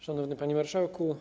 Szanowny Panie Marszałku!